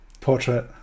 portrait